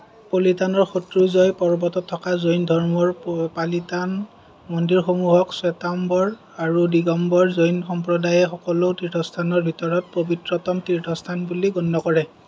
পলিতানৰ শত্ৰুঞ্জয় পৰ্বতত থকা জৈন ধৰ্মৰ পালিতান মন্দিৰসমূহক স্বেতাম্বৰ আৰু দিগম্বৰ জৈন সম্প্ৰদায়ে সকলো তীৰ্থস্থানৰ ভিতৰত পবিত্ৰতম তীৰ্থস্থান বুলি গণ্য কৰে